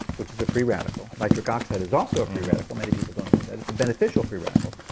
which is a free radical. nitric oxide is also a free radical, many people don't know that. it's a beneficial free radical,